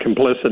complicit